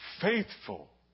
Faithful